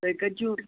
تُۄہہِ کَتہِ چھُو